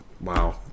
wow